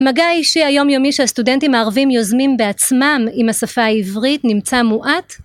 המגע האישי היומיומי שהסטודנטים הערבים יוזמים בעצמם עם השפה העברית נמצא מועט